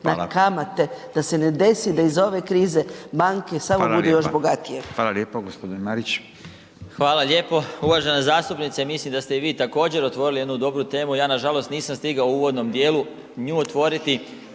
na kamate da se ne desi da iz ove krize banke samo budu još bogatije. **Radin, Furio (Nezavisni)** Hvala. Gospodine Marić. **Marić, Zdravko** Hvala lijepo. Uvažena zastupnice, mislim da ste i vi također otvorili jednu dobru temu, ja nažalost nisam stigao u uvodnom dijelu nju otvoriti